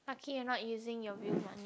lucky you're not using your real money